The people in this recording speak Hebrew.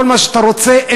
כל מה שאתה רוצה.